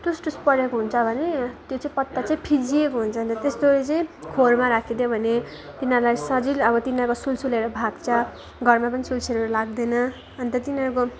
टुस् टुस् परेको हुन्छ भने त्यो चाहिँ पत्ता चाहिँ फिँजिएको हुन्छ अन्त त्यस्तोले चाहिँ खोरमा राखिदियो भने तिनीहरूलाई सजिलो अब तिनीहरूको सुल्सुलेहरू भाग्छ घरमा पनि सुल्सुलेहरू लाग्दैन अन्त तिनीहरूको